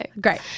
Great